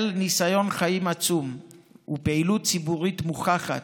ניסיון חיים עצום ופעילות ציבורית מוכחת,